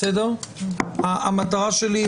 המטרה שלי,